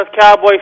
Cowboy